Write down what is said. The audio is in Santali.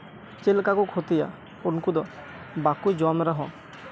ᱪᱮᱫ ᱞᱮᱠᱟ ᱠᱚ ᱠᱷᱚᱛᱤᱭᱟ ᱩᱱᱠᱩ ᱫᱚ ᱵᱟᱠᱚ ᱡᱚᱢ ᱨᱮᱦᱚᱸ